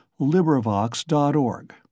LibriVox.org